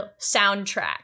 soundtrack